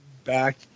Back